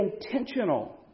intentional